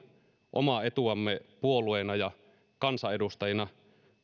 omaa etuamme puolueena ja kansanedustajina